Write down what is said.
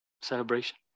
celebration